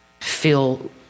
feel